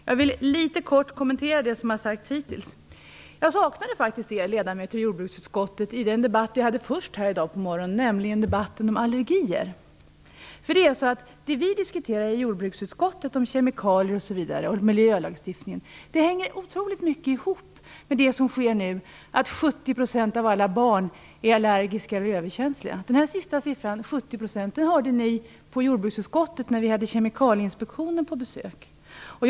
Jag vill kort kommentera det som har sagts hittills. Jag saknade faktiskt er ledamöter i jordbruksutskottet i den debatt vi hade först här i dag på morgonen, nämligen debatten om allergier. Det vi diskuterar i jordbruksutskottet om kemikalier, miljölagstiftning osv. hänger otroligt mycket ihop med den situation vi har nu, dvs. att 70 % av alla barn är allergiska eller överkänsliga. Den här siffran, 70 %, hörde vi i jordbruksutskottet när vi hade Kemikalieinspektionen på besök.